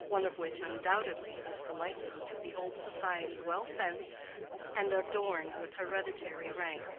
one of which undoubtedly is the liking to behold society well fenced and adorned with hereditary rank.